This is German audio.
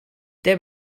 der